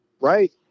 right